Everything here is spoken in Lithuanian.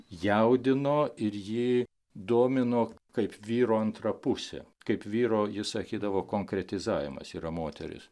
jaudino ir ji domino kaip vyro antra pusė kaip vyro jis sakydavo konkretizavimas yra moteris